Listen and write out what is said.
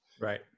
Right